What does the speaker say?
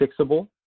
fixable